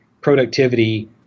productivity